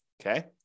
Okay